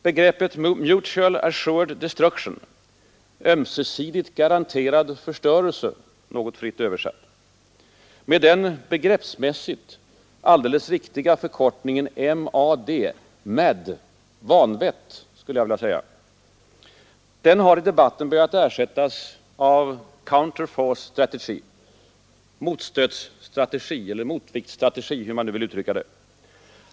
Begreppet Mutual Assured Destruction — ömsesidigt garanterad förstörelse, fritt översatt — med den begreppsmässigt alldeles riktiga förkortningen MAD, vanvett — har i debatten börjat ersättas av Counterforce Strategy — motstötsstrategi eller motviktsstrategi, hur man nu vill uttrycka det.